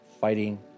fighting